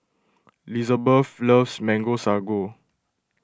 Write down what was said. Lizbeth loves Mango Sago